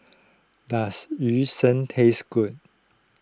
does Yu Sheng taste good